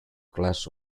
class